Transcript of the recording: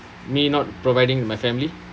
me not providing my family